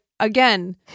Again